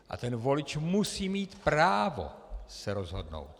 A volič musí mít právo se rozhodnout.